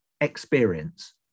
experience